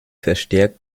verstärkt